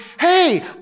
Hey